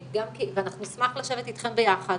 ואנחנו נשמח לשבת איתכם ביחד